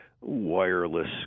wireless